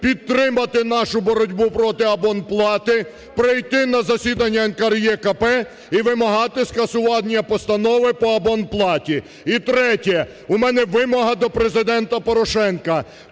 підтримати нашу боротьбу проти абонплати, прийти на засідання НКРЕКП і вимагати скасування постанови по абонплаті. І третє. У мене вимога до Президента Порошенка.